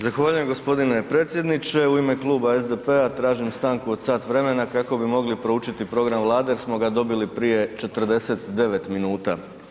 Zahvaljujem gospodine predsjedniče u ime Kluba SDP-a tražim stanku od sat vremena kako bi mogli proučiti Program Vlade jer smo ga dobili prije 49 minuta.